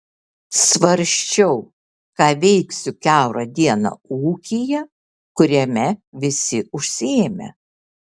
svarsčiau ką veiksiu kiaurą dieną ūkyje kuriame visi užsiėmę